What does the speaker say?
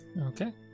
okay